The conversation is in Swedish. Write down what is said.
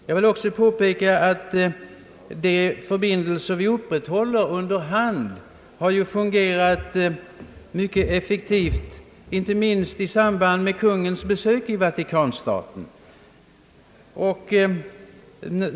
Jag vill också påpeka att de förbindelser som vi under hand upprätthåller med Vatikanen fungerat mycket effektivt, och det visade sig inte minst i samband med kungens besök i Vatikanstaten.